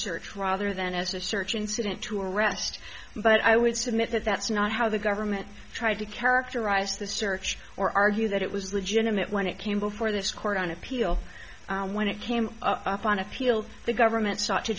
search rather than as a search incident to arrest but i would submit that that's not how the government tried to characterize the search or argue that it was legitimate when it came before this court on appeal and when it came up on appeal the government sought to